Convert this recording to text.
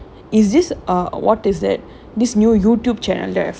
mmhmm so that's another funny thing app and then another funny thing that happen ah